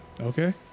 Okay